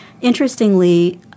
Interestingly